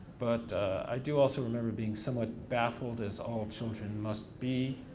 but i do also remember being somewhat baffled as all children must be